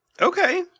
Okay